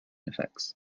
effects